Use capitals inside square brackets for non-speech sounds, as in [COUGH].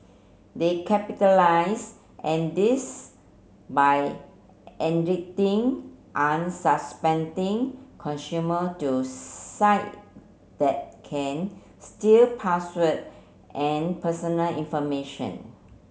they capitalise and this by [UNINTELLIGIBLE] unsuspecting consumer to site that can steal password and personal information